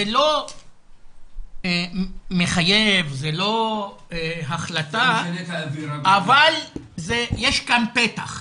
זה לא מחייב, זה לא החלטה, אבל יש כאן פתח.